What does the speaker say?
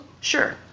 sure